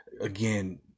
Again